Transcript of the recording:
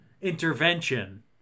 intervention